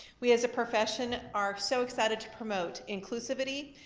we as a profession are so excited to promote inclusivity,